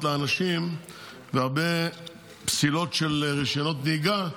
לאנשים והרבה פסילות של רישיונות נהיגה,